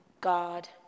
God